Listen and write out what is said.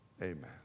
amen